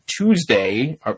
Tuesday –